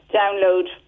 download